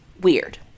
weird